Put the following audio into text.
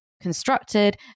constructed